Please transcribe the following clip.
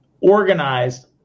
organized